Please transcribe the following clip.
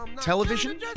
television